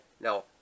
Now